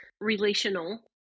relational